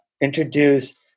introduce